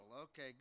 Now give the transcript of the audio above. Okay